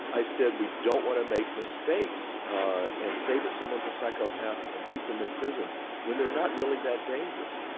i said we don't want to make mistakes and say that someone's a psychopath and keep them in prison when they are not really that dangerous.